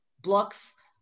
blocks